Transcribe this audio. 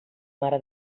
mare